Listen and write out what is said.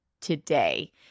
today